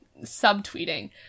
subtweeting